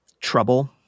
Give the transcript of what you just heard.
trouble